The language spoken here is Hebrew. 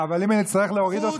אתה יכול להגיד מה שאתה רוצה,